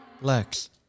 Lex